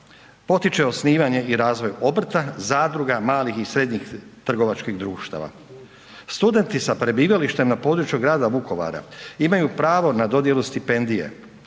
potiče osnivanje i razvoj obrta, zadruga, malih i srednjih trgovačkih društava. Studenti sa prebivalištem na području grada Vukovara imaju pravo na dodjelu stipendije,